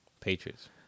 Patriots